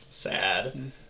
Sad